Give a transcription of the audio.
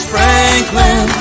Franklin